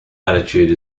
attitude